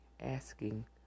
asking